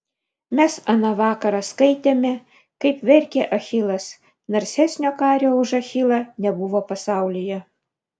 mes aną vakarą skaitėme kaip verkė achilas narsesnio kario už achilą nebuvo pasaulyje